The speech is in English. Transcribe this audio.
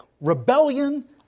rebellion